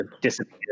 disappear